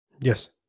Yes